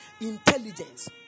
intelligence